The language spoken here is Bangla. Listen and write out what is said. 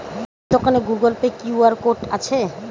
আপনার দোকানে গুগোল পে কিউ.আর কোড আছে?